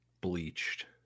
bleached